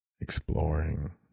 exploring